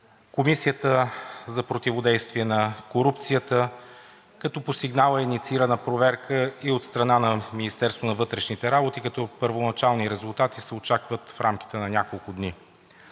Комисията за противодействие на корупцията, като по сигнала е инициирана проверка и от страна на Министерството на вътрешните работи, като първоначални резултати се очакват в рамките на няколко дни.